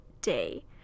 day